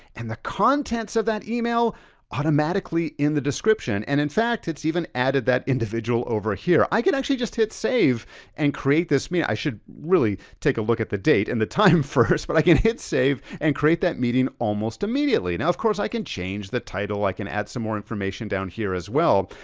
and the contents of that email automatically in the description. and in fact, it's even added that individual over here. i can actually just hit save and create this me, i should really take a look at the date and the time first, but i can hit save and create that meeting almost immediately. now, of course, i can change the title, i can add some more information down here as well,